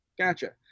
Gotcha